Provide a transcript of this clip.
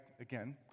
again